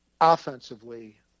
offensively